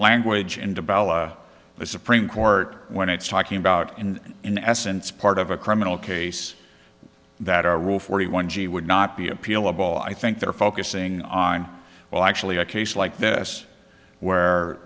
language into the supreme court when it's talking about in in essence part of a criminal case that are rule forty one g would not be appealable i think they're focusing on well actually a case like this where